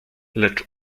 lecz